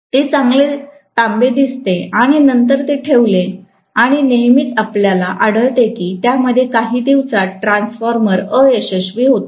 ते चांगले तांबे दिसते आणि नंतर ते ठेवले आणि नेहमीच आपल्याला आढळते की त्या मध्ये काही दिवसांत ट्रान्सफॉर्मर अयशस्वी होतो